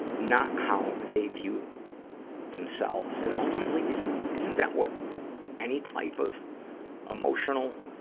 not how they view themselves. and, ultimately, isn't, isn't that what any type of emotional,